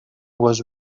was